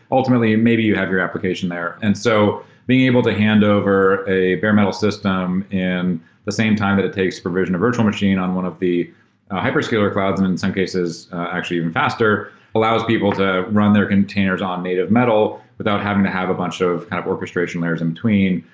ultimately maybe you have your application there. and so being able to handover a bare metal system in the same time that it takes progression of virtual machine on one of the hyperscaler clouds and in some cases actually even faster allows people to run their containers on native metal without having to have a bunch of kind of orchestration layers in between,